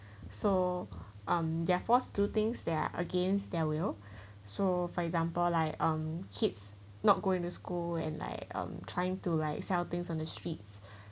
so um they're forced do things that are against their will so for example like um kids not going to school and like um trying to like sell things on the streets